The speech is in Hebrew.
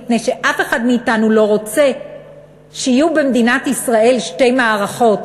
מפני שאף אחד מאתנו לא רוצה שיהיו במדינת ישראל שתי מערכות,